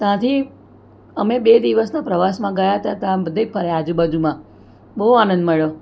ત્યાંથી અમે બે દિવસના પ્રવાસમાં ગયા હતા ત્યાં બધે ફર્યા આજુબાજુમાં બહુ આનંદ મળ્યો